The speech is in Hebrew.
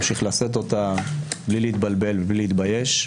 ממשיך לשאת אותה בלי להתבלבל ובלי להתבייש.